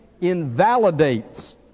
invalidates